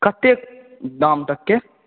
कतेक दाम तकके